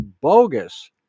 bogus